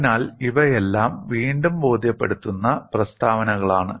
അതിനാൽ ഇവയെല്ലാം വീണ്ടും ബോധ്യപ്പെടുത്തുന്ന പ്രസ്താവനകളാണ്